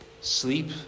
Sleep